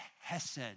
hesed